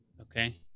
okay